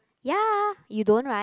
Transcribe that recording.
ya you don't right